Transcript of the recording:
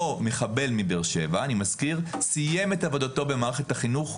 אותו מחבל בבאר שבע סיים את עבודתו במערכת החינוך,